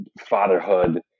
fatherhood